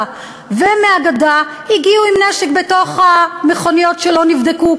ומהגדה הגיעו עם נשק בתוך המכוניות שלא נבדקו.